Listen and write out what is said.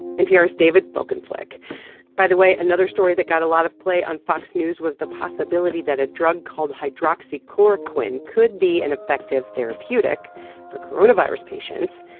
npr's david folkenflik by the way, another story that got a lot of play on fox news was the possibility that a drug called hydroxychloroquine could be an effective therapeutic for coronavirus patients.